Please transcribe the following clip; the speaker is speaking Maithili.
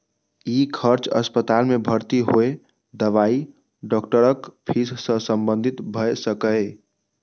ई खर्च अस्पताल मे भर्ती होय, दवाई, डॉक्टरक फीस सं संबंधित भए सकैए